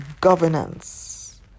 governance